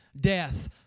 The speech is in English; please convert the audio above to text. death